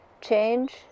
Change